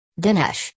Dinesh